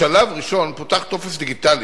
בשלב ראשון פותח טופס דיגיטלי